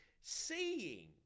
Seeing